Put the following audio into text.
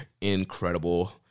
Incredible